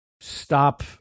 stop